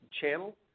channel